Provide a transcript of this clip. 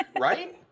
right